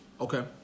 Okay